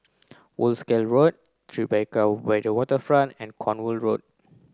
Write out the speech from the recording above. Wolskel Road Tribeca by the Waterfront and Cornwall Road